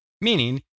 meaning